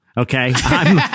Okay